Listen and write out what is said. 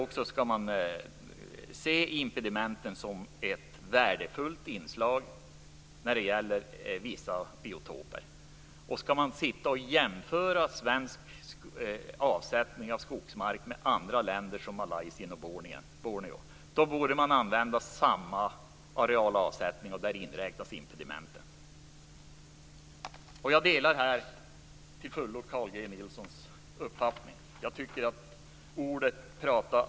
Därför skall man se impedimenten som ett värdefullt inslag när det gäller vissa biotoper. Skall man sitta och jämföra svensk avsättning av skogsmark med den i andra länder som Malaysia och på Borneo borde man använda samma arealavsättning, och där inräknas impedimenten. Jag delar till fullo Carl G Nilssons uppfattning på den punkten.